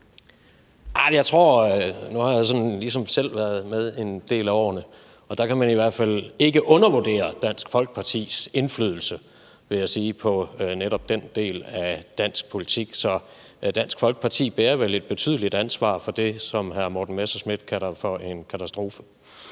jeg ligesom selv været med en del af årene, og jeg vil sige, at man i hvert fald ikke kan undervurdere Dansk Folkepartis indflydelse på netop den del af dansk politik, så Dansk Folkeparti bærer vel et betydeligt ansvar for det, som hr. Morten Messerschmidt kalder for en katastrofe.